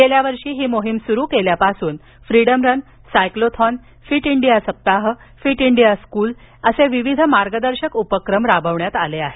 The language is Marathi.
गेल्या वर्षी ही मोहीम सुरू केल्यापासून freedom run cyclothon fit India सप्ताह फिट इंडिया स्कूल विविध मार्गदर्शक उपक्रम राबवण्यात आले आहेत